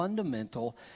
fundamental